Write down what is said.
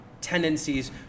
tendencies